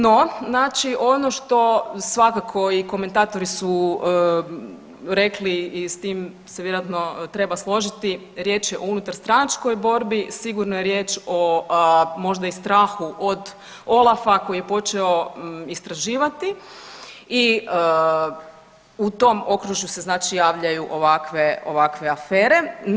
No, znači ono što svakako i komentatori su rekli i s tim se vjerojatno treba složiti, riječ je o unutarstranačkoj borbi, sigurno je riječ o možda i strahu od OLAF-a koji je počeo istraživati i u tom okružju se znači javljaju ovakve, ovakve afere.